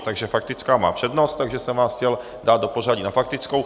Takže faktická má přednost, takže jsem vás chtěl dát do pořadí na faktickou.